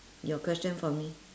your question for me